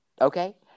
Okay